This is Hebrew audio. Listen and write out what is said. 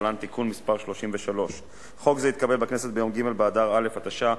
להלן: תיקון מס' 33. חוק זה התקבל בכנסת ביום ג' באדר א' התשע"א,